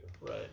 right